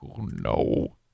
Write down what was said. no